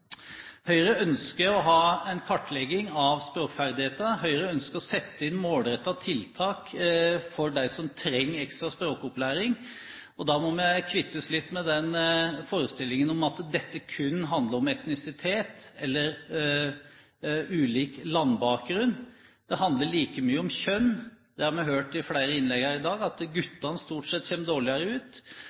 Høyre ønsker å ha en kartlegging av språkferdigheter. Høyre ønsker å sette inn målrettede tiltak for dem som trenger ekstra språkopplæring, og da må vi kvitte oss med litt av forestillingene om at dette kun handler om etnisitet eller ulik landbakgrunn. Det handler like mye om kjønn. Vi har i flere innlegg her i dag hørt at guttene stort sett kommer dårligere ut.